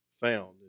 found